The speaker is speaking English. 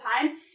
time